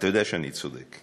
אתה יודע שאני צודק.